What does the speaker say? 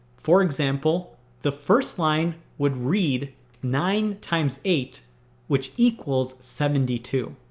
for example the first line would read nine times eight which equals seventy two.